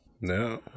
No